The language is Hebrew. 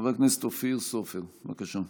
חבר הכנסת אופיר סופר, בבקשה.